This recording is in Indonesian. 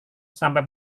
sampai